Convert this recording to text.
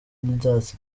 didas